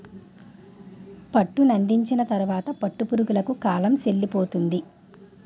పట్టునందించిన తరువాత పట్టు పురుగులకు కాలం సెల్లిపోతుంది